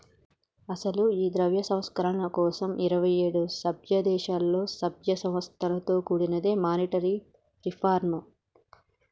అసలు ఈ ద్రవ్య సంస్కరణల కోసం ఇరువైఏడు సభ్య దేశాలలో సభ్య సంస్థలతో కూడినదే మానిటరీ రిఫార్మ్